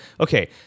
okay